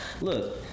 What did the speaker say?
look